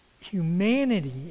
humanity